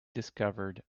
discovered